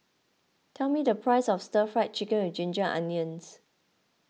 tell me the price of Stir Fried Chicken with Ginger Onions